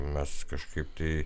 mes kažkaip tai